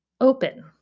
open